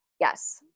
yes